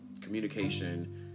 communication